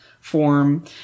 form